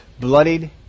bloodied